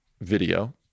video